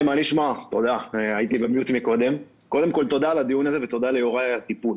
תודה על הדיון הזה ותודה ליוראי על הטיפול.